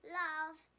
love